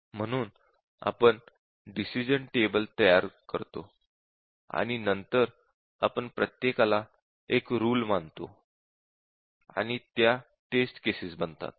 म्हणून आपण decision table तयार करतो आणि नंतर आपण प्रत्येकाला एक रुल मानतो आणि त्या टेस्ट केसेस बनतात